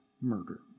murder